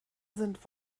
sind